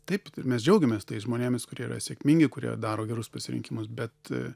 taip ir mes džiaugiamės tais žmonėmis kurie yra sėkmingi kurie daro gerus pasirinkimus bet